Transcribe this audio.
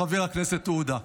חבר הכנסת עודה: